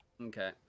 Okay